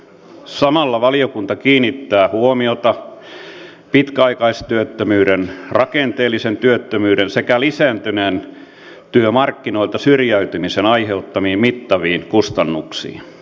samalla valiokunta kiinnittää huomiota pitkäaikaistyöttömyyden rakenteellisen työttömyyden sekä lisääntyneen työmarkkinoilta syrjäytymisen aiheuttamiin mittaviin kustannuksiin